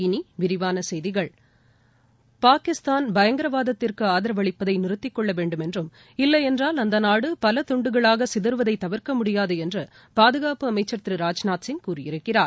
இனி விரிவான செய்திகள் பாகிஸ்தான் பயங்கரவாதத்திற்கு ஆதரவளிப்பதை நிறுத்திக்கொள்ள வேண்டும் என்றம் இல்லையென்றால் அந்த நாடு பல துண்டுகளாக சிதறுவதை தவிர்க்க முடியாது என்று பாதுகாப்பு அமைச்சர் திரு ராஜ்நாத் சிங் கூறியிருக்கிறார்